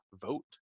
vote